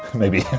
maybe.